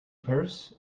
purse